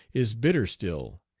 is bitter still,